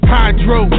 Hydro